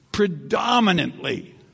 Predominantly